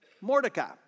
Mordecai